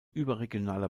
überregionaler